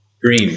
Green